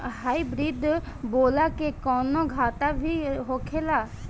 Hybrid बोला के कौनो घाटा भी होखेला?